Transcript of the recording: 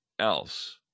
else